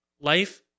Life